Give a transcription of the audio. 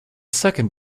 second